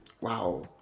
wow